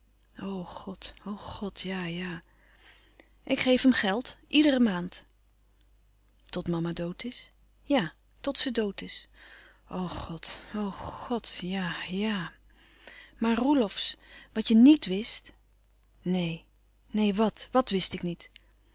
o god ja-ja ik geef hem gèld iedere maand tot mama dood is ja tot ze dood is o god o god ja-ja maar roelofsz wat je nièt wist neen neen wàt wat wist ik niet